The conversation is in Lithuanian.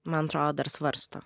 man atrodo dar svarsto